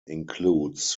includes